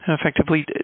effectively